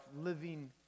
living